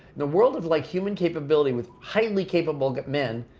the world of like human capability with highly capable men,